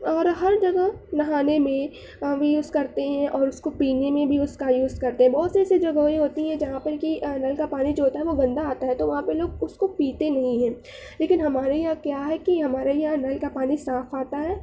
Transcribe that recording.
اور ہر جگہ نہانے میں وہاں بھی یوز کرتے ہیں اور اس کو پینے میں بھی اس کا یوز کرتے ہیں بہت سی ایسی جگہیں ہوتی ہیں جہاں پر کہ نل کا پانی جو ہوتا ہے وہ گندہ آتا ہے تو وہاں پہ لوگ اس کو پیتے نہیں ہیں لیکن ہمارے یہاں کیا ہے کہ ہمارے یہاں نل کا پانی صاف آتا ہے